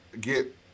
get